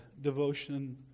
devotion